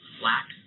black